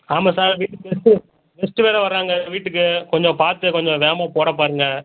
ஆமாம் சார் வீட்டுக்கு guest guest வேறு வராங்க வீட்டுக்கு கொஞ்சம் பார்த்து கொஞ்சம் வேகமாக போடப் பாருங்கள்